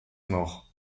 noch